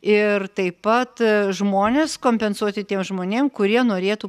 ir taip pat žmones kompensuoti tiem žmonėm kurie norėtų